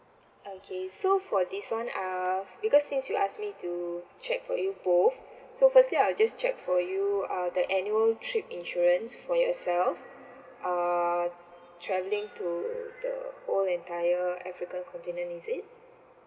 okay so for this one uh because since you ask me to check for you both so firstly I'll just check for you uh the annual trip insurance for yourself uh traveling to the whole entire every con~ continent is it